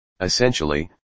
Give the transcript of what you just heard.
Essentially